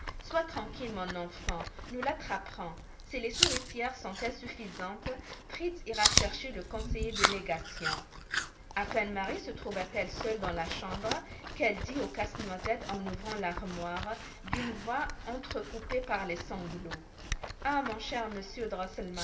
sois tranquille mon enfant nous l'attraperons si les souricières sont insuffisantes fritz ira chercher le conseiller de légation à peine marie se trouva t elle seule dans la chambre qu'elle dit au casse-noisette en ouvrant l'armoire d'une voix entrecoupée par les sanglots ah mon cher monsieur